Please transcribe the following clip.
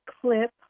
clip